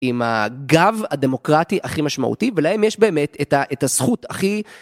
עם הגב הדמוקרטי הכי משמעותי ולהם יש באמת את, את הזכות הכי